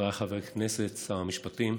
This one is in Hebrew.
חבריי חברי הכנסת, שר המשפטים,